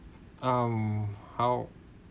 um how